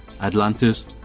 Atlantis